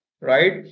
right